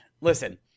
listen